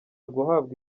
guhabwa